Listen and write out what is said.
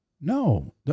No